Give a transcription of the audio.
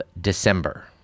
December